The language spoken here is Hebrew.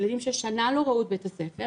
ילדים ששנה לא ראו את בית הספר,